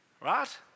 Right